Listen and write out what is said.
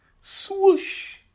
Swoosh